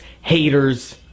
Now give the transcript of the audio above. haters